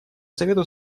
совету